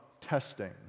testing